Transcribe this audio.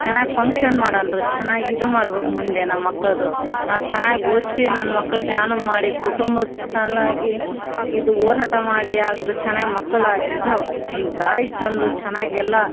ಚೆನ್ನಾಗಿ ಪಂಕ್ಷನ್ ಮಾಡೋಣ್ರು ಚೆನ್ನಾಗಿ ಇದು ಮಾಡ್ಬೇಕು ಮುಂದೆ ನಮ್ಮ ಮಕ್ಳದು ನಾವು ಚೆನ್ನಾಗಿ ಓದ್ಸಿ ನನ್ನ ಮಕ್ಳ ಜಾಣ ಮಾಡಿ ಕುಟುಂಬುದ ಸಲುವಾಗಿ ಇದು ಹೋರಾಟ ಮಾಡಿ ಆಗಲೂ ಚೆನ್ನಾಗಿ ಮಕ್ಳ ಇದು ಒಂದು ದಾರಿಗೆ ತಂದು ಚೆನ್ನಾಗೆಲ್ಲ